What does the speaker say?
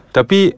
Tapi